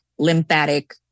lymphatic